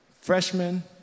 freshmen